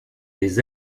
les